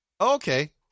Okay